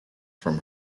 from